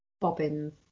bobbins